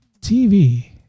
TV